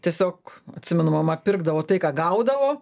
tiesiog atsimenu mama pirkdavo tai ką gaudavo